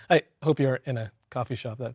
i hope you're in a coffee shop, but